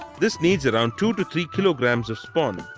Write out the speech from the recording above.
this needs around two to three kilograms of spawn.